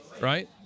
right